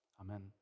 Amen